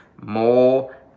more